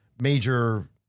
major